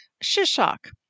Shishak